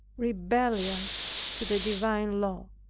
rebellious to the divine law.